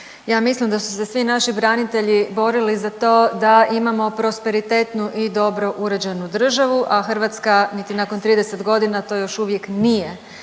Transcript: Ja mislim da su se svi naši branitelji borili za to da imamo prosperitetnu i dobro uređenu državu, a Hrvatska niti nakon 30 godina to još uvijek nije.